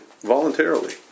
voluntarily